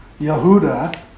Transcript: Yehuda